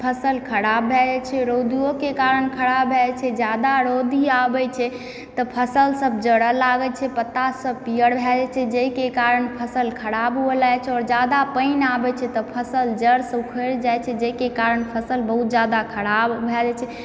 फसल खराब भए जाइ छै रौदियो के कारण खराब भए जाइ छै जादा रौदी आबै छै तऽ फसल सब जरऽ लागै छै पत्ता सब पीयर भए जाइ छै जाहि के कारण फसल खराब हुए लागै छै और जादा पानि आबै छै तऽ फसल जड़ सऽ उखरि जाइ छै जाहि के कारण फसल बहुत जादा खराब भए जाइ छै